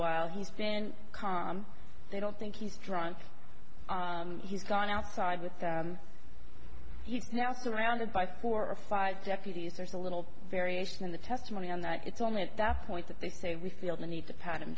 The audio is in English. while he's been calm they don't think he's drunk he's gone outside with he's now surrounded by four or five deputies there's a little variation in the testimony on that it's only at that point that they say we feel the need to pat him